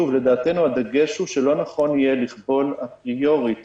לדעתנו, הדגש הוא שלא נכון יהיה לכבול אפריורית